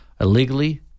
illegally